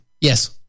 Yes